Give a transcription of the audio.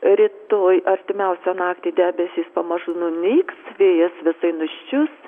rytoj artimiausią naktį debesys pamažu nunyks vėjas visai nuščius